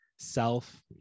self